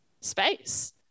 space